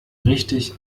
richtig